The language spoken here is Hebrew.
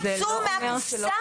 צאו מהקופסה.